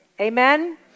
Amen